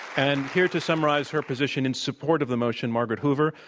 and here to summarize her position in support of the motion, margaret hoover,